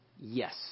Yes